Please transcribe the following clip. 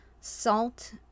salt